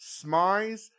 Smize